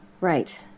Right